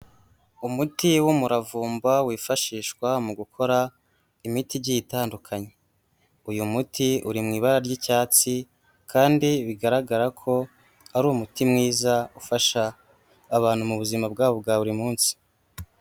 Umuti w'umuravumba wifashishwa mu gukora imiti igiye itandukanye. Uyu muti, uri mu ibara ry'icyatsi kandi bigaragara ko ari umuti mwiza, ufasha abantu mu buzima bwawo bwa buri munsi.